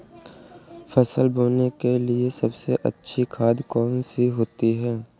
फसल बोने के लिए सबसे अच्छी खाद कौन सी होती है?